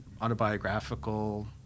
autobiographical